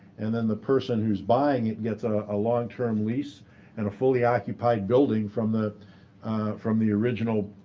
and then the person who's buying it gets a long term lease and a fully occupied building from the from the original